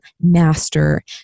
master